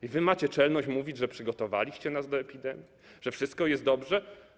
I wy macie czelność mówić, że przygotowaliście nas do epidemii, że wszystko jest dobrze.